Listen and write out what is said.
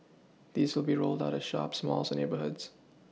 these will be rolled out at shops malls and neighbourhoods